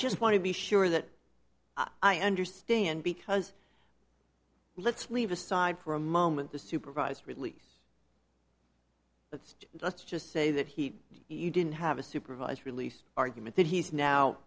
just want to be sure that i understand because let's leave aside for a moment the supervised release it's let's just say that he you didn't have a supervised release argument that he's now